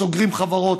סוגרים חברות,